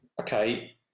Okay